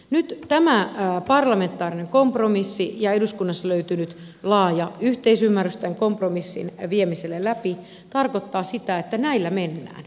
nyt tämä parlamentaarinen kompromissi ja eduskunnassa löytynyt laaja yhteisymmärrys tämän kompromissin läpi viemiselle tarkoittaa sitä että näillä mennään